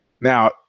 Now